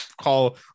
call